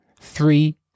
Three